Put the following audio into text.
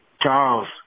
Charles